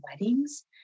weddings